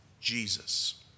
Jesus